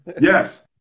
Yes